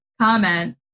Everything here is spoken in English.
comment